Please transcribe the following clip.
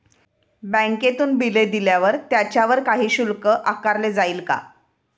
बँकेतून बिले दिल्यावर त्याच्यावर काही शुल्क आकारले जाईल का?